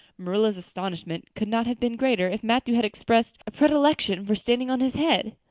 marilla's astonishment could not have been greater if matthew had expressed a predilection for standing on his head.